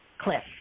Cliff